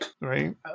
right